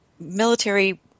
military